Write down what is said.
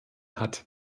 hat